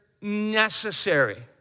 necessary